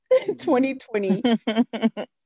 2020